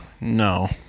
No